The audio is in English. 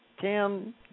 Tim